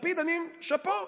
לפיד, שאפו.